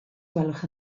gwelwch